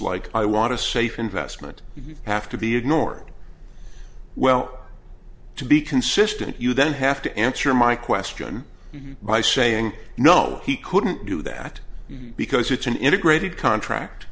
like i want a safe investment you have to be ignored well to be consistent you then have to answer my question by saying no he couldn't do that because it's an integrated contract